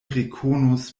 rekonos